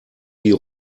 die